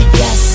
yes